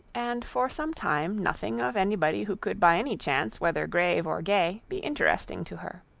and for some time nothing of anybody who could by any chance whether grave or gay, be interesting to her.